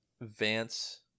Vance